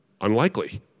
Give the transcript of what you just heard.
unlikely